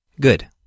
Good